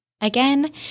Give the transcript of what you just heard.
again